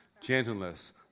gentleness